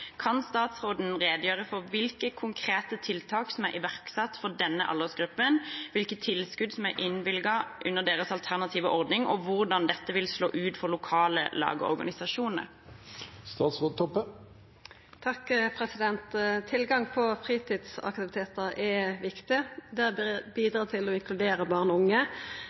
Kan statsråden redegjøre for hvilke konkrete tiltak som er iverksatt for denne aldersgruppen, hvilke tilskudd som er innvilget under deres alternative ordning, og hvordan dette vil slå ut for lokale lag og organisasjoner?» Tilgang på fritidsaktivitetar er viktig. Det bidrar til å inkludera barn og unge